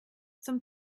zum